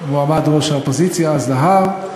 מועמד ראש האופוזיציה אז להר,